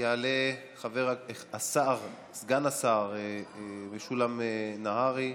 יעלה סגן השר משולם נהרי.